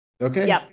okay